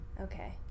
Okay